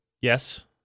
Yes